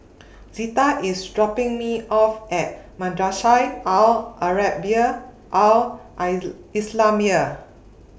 Zetta IS dropping Me off At Madrasah Al Arabiah Al I Islamiah